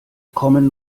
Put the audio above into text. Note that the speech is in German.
kommen